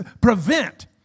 prevent